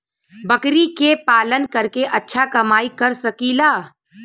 बकरी के पालन करके अच्छा कमाई कर सकीं ला?